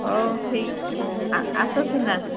ହଉ ଠିକ୍ ଆସ ସିନା